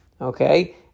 Okay